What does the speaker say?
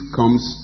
comes